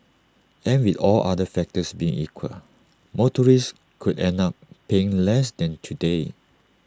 and with all other factors being equal motorists could end up paying less than today